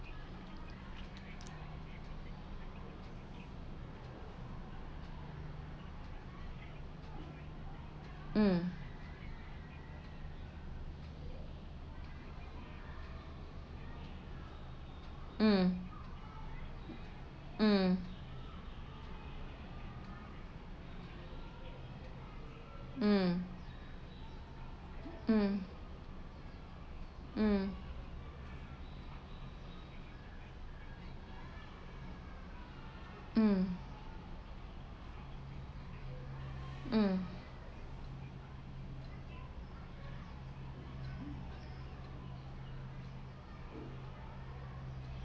um um um um um um um um